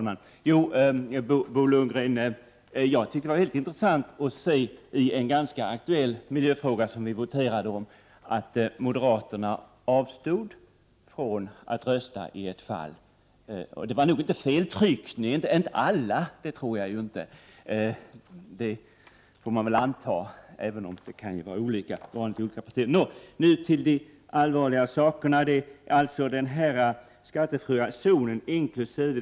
Herr talman! Jag tyckte det var mycket intressant att se att moderaterna avstod från att rösta i en ganska aktuell miljöfråga som vi voterade om. Och det var nog inte feltryckning — inte hos alla, får man väl anta. Nå, nu till de allvarligare sakerna. Kostnaden för den skattefria zonen inkl.